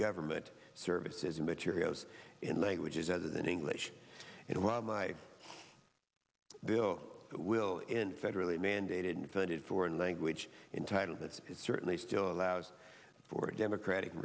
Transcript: government services and materials in languages other than english and while my bill will in federally mandated unfunded foreign language entitle that certainly still allows for democratic